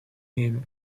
him